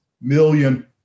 million